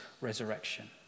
resurrection